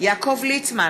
יעקב ליצמן,